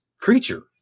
creature